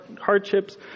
hardships